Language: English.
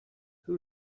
who